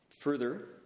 Further